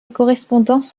correspondance